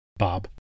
bob